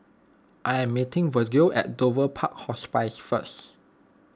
I am meeting Virgle at Dover Park Hospice first